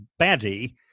baddie